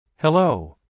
hello